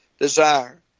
desire